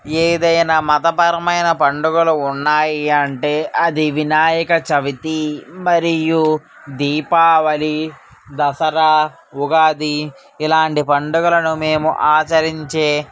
ఏదైన మతపరమైన పండుగలు ఉన్నాయి అంటే అది వినాయక చవితి మరియు దీపావళి దసరా ఉగాది ఇలాంటి పండుగలను మేము ఆచరించే